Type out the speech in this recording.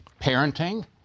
parenting